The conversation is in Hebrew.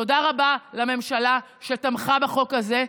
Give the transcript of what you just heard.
תודה רבה לממשלה שתמכה בחוק הזה,